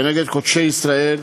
נגד קודשי ישראל,